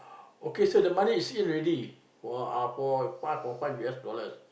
okay sir the money is in here already for uh for five or five U_S dollars